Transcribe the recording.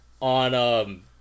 on